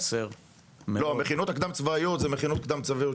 --- המכינות הקדם-צבאיות זה מכינות קדם-צבאיות